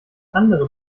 andere